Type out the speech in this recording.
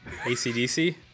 ACDC